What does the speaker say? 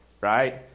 right